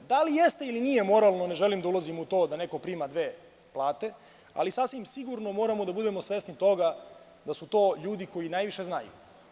Da li jeste ili nije moralno, ne želim da ulazim u to da neko prima dve plate, ali sasvim sigurno moramo da budemo svesni toga da su to ljudi koji najviše znaju.